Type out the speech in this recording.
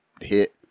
hit